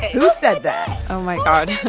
who said that oh, my god.